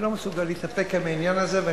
אני לא מסוגל להתאפק עם העניין הזה,